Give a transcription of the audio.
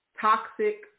toxic